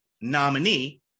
nominee